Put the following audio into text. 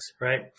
right